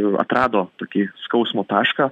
jau atrado tokį skausmo tašką